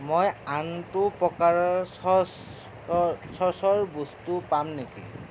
মই আনটো প্ৰকাৰৰ চ'চঅৰ চ'চৰ বস্তু পাম নেকি